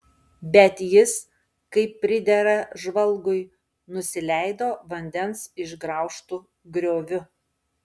bet jis kaip pridera žvalgui nusileido vandens išgraužtu grioviu